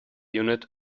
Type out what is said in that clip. unit